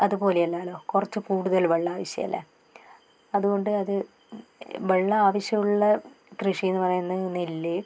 അതുപോലെയല്ലാല്ലോ കുറച്ച് കൂടുതൽ വെള്ളം ആവശ്യമില്ലേ അതുകൊണ്ട് അത് വെള്ളം ആവശ്യമുള്ള കൃഷി എന്ന് പറയുന്നത് നെല്ല്